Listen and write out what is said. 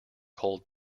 cold